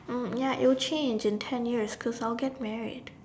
um ya it would change in ten years cause I will get married